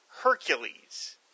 Hercules